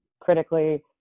critically